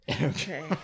Okay